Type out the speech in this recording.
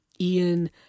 Ian